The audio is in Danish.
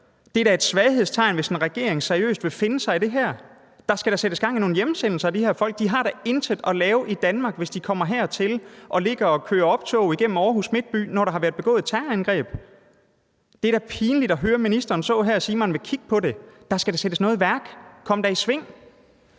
Det er da et svaghedstegn, hvis en regering seriøst vil finde sig i det her. Der skal da sættes gang i nogle hjemsendelser af de her folk. De har da intet at gøre i Danmark, hvis de kommer hertil og ligger og kører i optog gennem Aarhus Midtby, når der har været begået et terrorangreb. Det er da pinligt at høre ministeren stå her og sige, at man vil kigge på det. Der skal da sættes noget i værk. Kom da i sving!